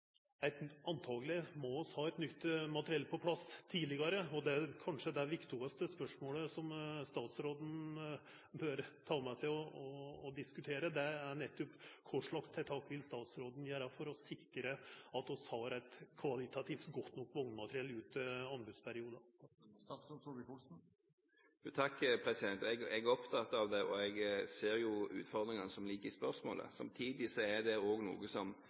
må vi ha eit nytt materiell på plass tidlegare. Det kanskje viktigaste spørsmålet som statsråden bør ta med seg og diskutera, er: Kva slags tiltak vil statsråden gjera for å sikra at vi har eit kvalitativt godt nok vognmateriell ut anbodsperioden? Jeg er opptatt av det, og jeg ser jo utfordringene som ligger i spørsmålet. Samtidig er det også noe som